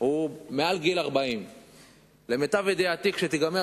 הוא מעל גיל 40. למיטב ידיעתי,